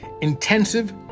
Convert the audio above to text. intensive